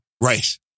Right